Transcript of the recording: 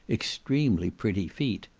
extremely pretty feet.